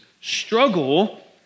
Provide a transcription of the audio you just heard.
struggle